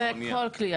זה כל כלי.